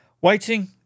Waiting